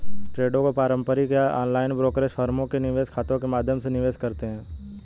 ट्रेडों को पारंपरिक या ऑनलाइन ब्रोकरेज फर्मों के निवेश खातों के माध्यम से निवेश करते है